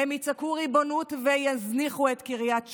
הם יצעקו ריבונות ויזניחו את קריית שמונה,